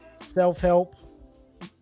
self-help